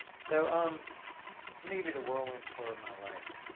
so, um i'm gonna give you the whirlwind tour of my life,